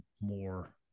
more